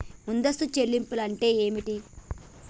ముందస్తు చెల్లింపులు అంటే ఏమిటి?